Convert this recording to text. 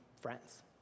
friends